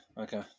okay